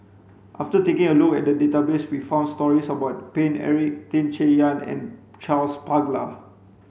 after taking a look at database we found stories about Paine Eric Tan Chay Yan and Charles Paglar